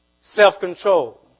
self-control